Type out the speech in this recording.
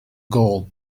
gold